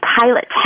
pilot